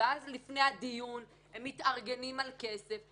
ואז לפני הדיון הם מתארגנים על כסף.